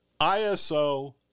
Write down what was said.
ISO